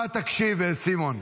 בפעם הבאה תקשיב, סימון.